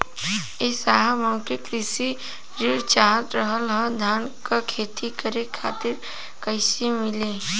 ए साहब हमके कृषि ऋण चाहत रहल ह धान क खेती करे खातिर कईसे मीली?